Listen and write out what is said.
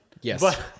Yes